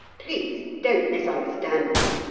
please don't misunderstand me,